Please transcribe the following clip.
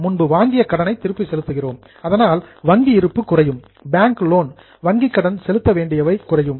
நாம் முன்பு வாங்கிய கடனை திருப்பி செலுத்துகிறோம் அதனால் வங்கி இருப்பு குறையும் பேங்க் லோன் பேயபில் வங்கி கடன் செலுத்த வேண்டியவை குறையும்